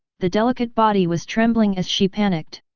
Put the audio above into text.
the delicate body was trembling as she panicked.